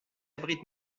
abrite